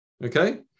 Okay